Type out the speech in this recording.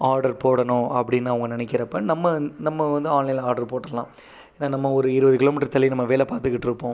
order போடணும் அப்படினு அவங்க நினைக்குறப்ப நம்ம நம்ம வந்து ஆன்லைனில் ஆர்டர் போட்டுடலாம் நம்ம ஒரு இருபது கிலோமீட்டர் தள்ளி நம்ம வேலை பார்த்துகிட்டு இருப்போம்